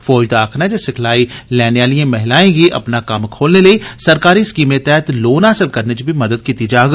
फौज दा आक्खना ऐ जे सिखलाई लैने आलिएं महिलाएं गी अपना कम्म खोलने लेई सरकारी स्कीमें तैहत लोन हासल करने च बी मदद कीती जाग